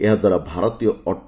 ଏହାଦ୍ୱାରା ଭାରତୀୟ ଅଟେ